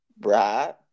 Right